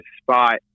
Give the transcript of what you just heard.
spot